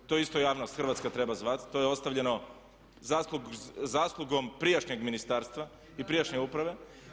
To isto javnost hrvatska znat, to je ostavljeno zaslugom prijašnjeg ministarstva i prijašnje uprave.